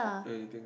anything